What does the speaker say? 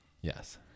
Yes